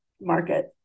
market